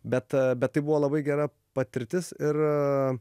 bet bet tai buvo labai gera patirtis ir